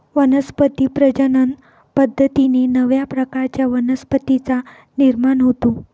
वनस्पती प्रजनन पद्धतीने नव्या प्रकारच्या वनस्पतींचा निर्माण होतो